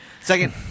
Second